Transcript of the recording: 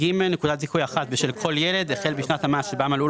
"(ג) נקודת זיכוי אחת בשל כל ילד החל בשנת המס שבה מלאו